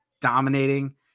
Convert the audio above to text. dominating